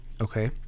okay